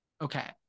okay